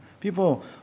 People